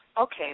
Okay